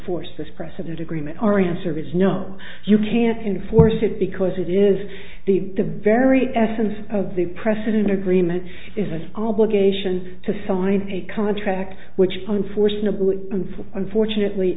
force this president agreement or answer is no you can't enforce it because it is the the very essence of the press in agreement is an obligation to sign a contract which unfortunately conflict unfortunately